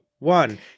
One